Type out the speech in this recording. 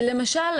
כי למשל,